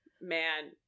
Man